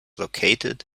located